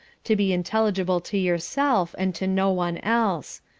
to be intelligible to yourself and to no one else.